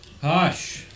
Hush